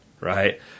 right